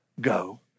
go